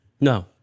No